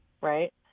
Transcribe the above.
right